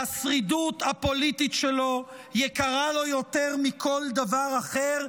והשרידות הפוליטית שלו יקרה לו יותר מכל דבר אחר,